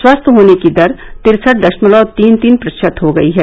स्वस्थ होने की दर तिरसठ दशमलव तीन तीन प्रतिशत हो गई है